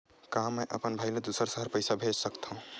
का मैं अपन भाई ल दुसर शहर पईसा भेज सकथव?